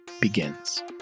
begins